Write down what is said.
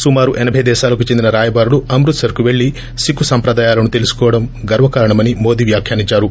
సుమారు ఎసబై దేశాలకు చెందిన రాయబారులు అమృతసర్ కు పెళ్ళి సిక్కు సాంప్రదాయాలను తెలుసుకోవడం గర్వకారణమని మోదీ వ్యాఖ్యానించారు